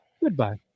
goodbye